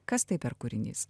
kas tai per kūrinys